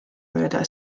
mööda